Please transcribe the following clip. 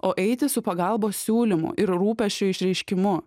o eiti su pagalbos siūlymu ir rūpesčio išreiškimu